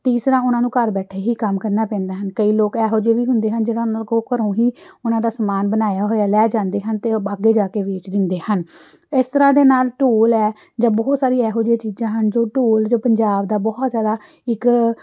ਤੀਸਰਾ ਉਹਨਾਂ ਨੂੰ ਘਰ ਬੈਠੇ ਹੀ ਕੰਮ ਕਰਨਾ ਪੈਂਦਾ ਹਨ ਕਈ ਲੋਕ ਇਹੋ ਜਿਹੇ ਵੀ ਹੁੰਦੇ ਹਨ ਜਿਹਨਾਂ ਕੋਲ ਘਰੋਂ ਹੀ ਉਹਨਾਂ ਦਾ ਸਮਾਨ ਬਣਾਇਆ ਹੋਇਆ ਲੈ ਜਾਂਦੇ ਹਨ ਅਤੇ ਉਹ ਬ ਅੱਗੇ ਜਾ ਕੇ ਵੇਚ ਦਿੰਦੇ ਹਨ ਇਸ ਤਰ੍ਹਾਂ ਦੇ ਨਾਲ ਢੋਲ ਹੈ ਜਾਂ ਬਹੁਤ ਸਾਰੀ ਇਹੋ ਜਿਹੀਆਂ ਚੀਜ਼ਾਂ ਹਨ ਜੋ ਢੋਲ ਜੋ ਪੰਜਾਬ ਦਾ ਬਹੁਤ ਜ਼ਿਆਦਾ ਇੱਕ